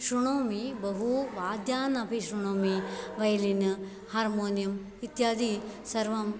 श्रुणोमि बहु वाद्यानपि श्रुणोमि वैलिन् हार्मोनियम् इत्यादि सर्वं